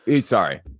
Sorry